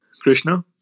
Krishna